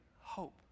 hope